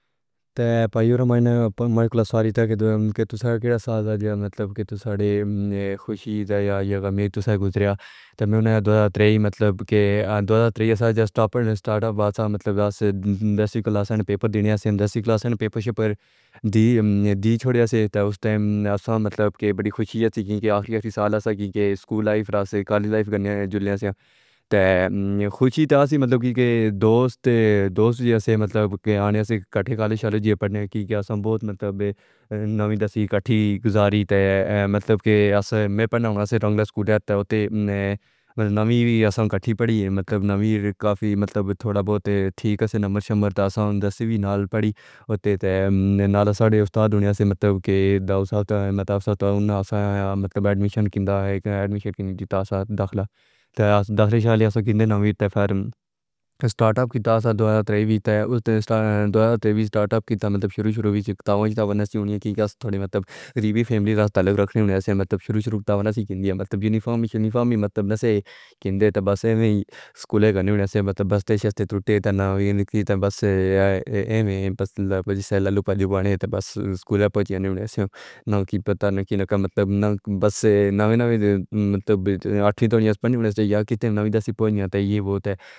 تے پائیو رمان نے ہمیں کل ساہ دی تھی کہ توسیہ کرا سال آجا مطلب کہ تو سارے خوشی یا غم ایک تو سا گزرے تے میو نے دوہزار تریہی مطلب کہ دوہزار تریہی سال جیسٹ اپ انڈس اسٹارٹ اپ والا مطلب آسے دسویں کلاس آنے پیپر دینیا سی دسویں کلاس آنے پیپر شئیر کر دی چھوڑیا سی تے اوس ٹائم میں آسا مطلب کہ بڑی خوشیاں تھیں کہ آخری سال اسا کی کہ اسکو لائیف راسے کالج لائف گندیا سی تے خوشی تاسے مطلب کہ کہ دوست دوست جیسے مطلب کہ آنے سے کٹھے کالشیال جے پڑھنے کے اسام بہت مطلب نبی تسیہ کٹھی گزاری تے مطلب کہ میں پڑھنا رنگلا اسکوڈ ہے تے اُتی نبی اسان کو کٹھی پڑھی مطلب نبی کافی مطلب تھوڑا بہت ٹھیک اسے نمبر شمار تاسے دسویں نال پڑھی هوتی تے نال ساڑے استاد ہونیا سی مطلب کہ داؤد صاحب متعاف تھا اُن آسانہ مطلب ایڈمیشن کیندا ہے ایک ایڈمیشن کی تاسے داخلہ تے دسویں شعلے اسے کیندی نبی تے پھر اسٹارٹ اپ کیتا سا دوہزار تریویں تے اوستاد دوہزار تریویں اسٹارٹ اپ کیتا مطلب شروع شروعی چکتا وچ تاوانیاں نہیں ہونیاں کی کیا تھوڑی مطلب غریبی فیملی راسٹالگ رکھنی ہونیا سی مطلب شروع شروعات نہیں ہوتی مطلب یونی فارمی چینی فارمی مطلب نہ سے کیندی تے بس ایویں سکولی گندی مطلب بس اسٹیشن تے ٹرٹے تے ناوی لکھتی تے بس ایویں بس لڈی سیل للو پلو بانے تے بس اسکوائرس پوجنے نہیں ہونیوں سی نانکی پتا نہ کینا کا مطلب نا بس نویں نویں مطلب آٹھویں دونیا اسپندیوں یار کتنی نویں دسویں بونیا تے یہ بہت ہے۔